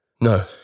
No